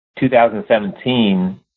2017